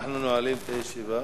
אנחנו נועלים את הישיבה.